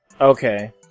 okay